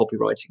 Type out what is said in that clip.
copywriting